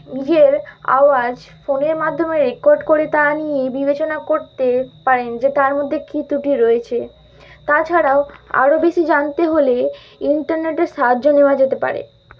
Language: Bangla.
নিজের আওয়াজ ফোনের মাধ্যমে রেকর্ড করে তা নিয়ে বিবেচনা করতে পারেন যে তার মধ্যে কি ত্রুটি রয়েছে তাছাড়াও আরো বেশি জানতে হলে ইন্টারনেটের সাহায্য নেওয়া যেতে পারে